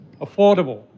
Affordable